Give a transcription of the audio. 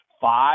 five